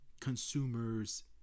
consumers